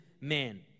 man